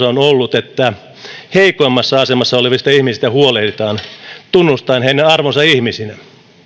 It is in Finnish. on ollut että heikoimmassa asemassa olevista ihmisistä huolehditaan tunnustaen heidän arvonsa ihmisenä